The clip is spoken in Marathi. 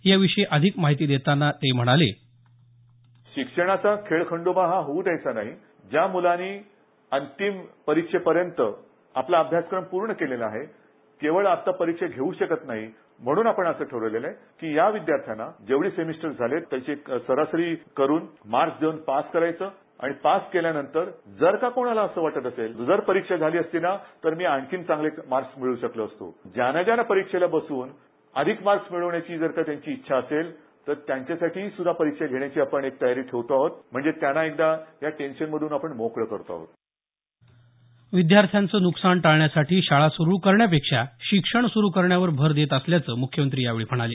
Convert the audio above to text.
याविषयी अधिक माहिती देताना ते म्हणाले शिक्षणाचा खेळखंडोबा हा होऊ द्यायचा नाही या मुलाने अंतिम परीक्षेपर्यंत आपला अभ्यासक्रम पूर्ण केलेला आहे केवळ आता परीक्षा घेऊ शकत नाही म्हणून आपण ठरविलेले आहे या विद्यार्थ्यांना जेवढे सेमिस्टर झाले त्याची सरासरी करुन मार्क देऊन पास करायचं आणि जर पास केल्यानंतर जर कोणाला असं वाटत असेल तर परीक्षा झाली असती तर मी आणखीन चांगले मार्क मिळवू शकलो असतो ज्यांना त्यांना परीक्षेला बसून अधिक मार्क मिळवण्याची त्यांची इच्छा असेल त्यांची परीक्षा घेण्याचे तयारी ठेवतो आहोत म्हणजे आपण त्यांना टेन्शन मधून मोकळं करत आहोत विद्यार्थ्यांचं नुकसान टाळण्यासाठी शाळा सुरु करण्यापेक्षा शिक्षण सुरु करण्यावर भर देत असल्याचं मुख्यमंत्री यावेळी म्हणाले